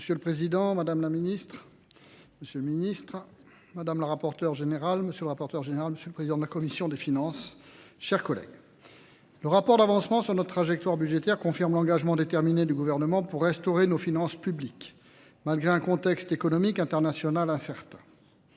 Monsieur le Président, Madame la Ministre, Monsieur le Ministre, Madame la Rapporteure générale, Monsieur le Rapporteur général, Monsieur le Président de la Commission des Finances, chers collègues. Le rapport d'avancement sur notre trajectoire budgétaire confirme l'engagement déterminé du gouvernement pour restaurer nos finances publiques, malgré un contexte économique international incertain.